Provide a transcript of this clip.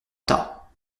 tas